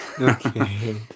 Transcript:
Okay